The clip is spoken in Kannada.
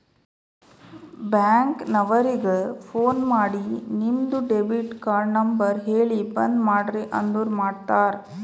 ಬ್ಯಾಂಕ್ ನವರಿಗ ಫೋನ್ ಮಾಡಿ ನಿಮ್ದು ಡೆಬಿಟ್ ಕಾರ್ಡ್ ನಂಬರ್ ಹೇಳಿ ಬಂದ್ ಮಾಡ್ರಿ ಅಂದುರ್ ಮಾಡ್ತಾರ